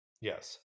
Yes